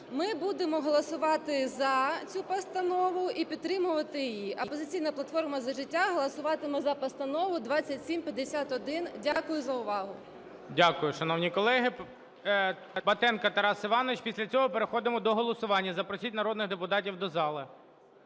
ми будемо голосувати за цю постанову і підтримувати її. "Опозиційна платформа - За життя" голосуватиме за постанову 2751. Дякую за увагу. ГОЛОВУЮЧИЙ. Дякую, шановні колеги. Батенко Тарас Іванович, після цього переходимо до голосування. Запросіть народних депутатів до зали.